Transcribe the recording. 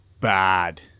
Bad